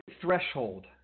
threshold